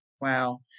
Wow